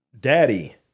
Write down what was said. Daddy